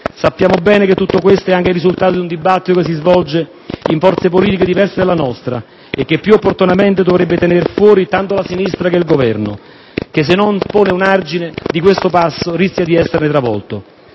Sappiamo bene che tutto questo è anche il risultato di un dibattito che si svolge in forze politiche diverse dalla nostra, e che, più opportunamente, dovrebbe tenere fuori tanto la sinistra quanto il Governo che, se non pone un argine, di questo passo rischia di esserne travolto.